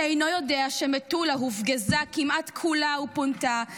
שאינו יודע שמטולה הופגזה כמעט כולה ופונתה,